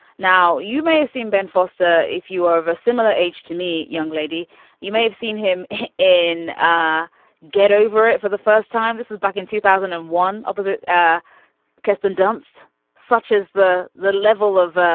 now you may have seen ben foster if you are of a similar age to me young lady you may have seen him in ah get over it for the first time. this is back in two thousand and one. opposite ah kirsten dunst such as the the level of